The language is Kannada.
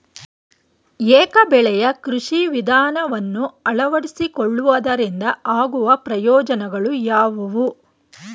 ಏಕ ಬೆಳೆಯ ಕೃಷಿ ವಿಧಾನವನ್ನು ಅಳವಡಿಸಿಕೊಳ್ಳುವುದರಿಂದ ಆಗುವ ಪ್ರಯೋಜನಗಳು ಯಾವುವು?